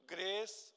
Grace